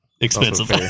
expensive